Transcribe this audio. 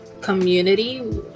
community